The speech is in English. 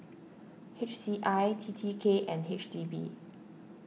H C I T T K and H D B